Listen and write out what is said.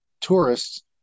tourists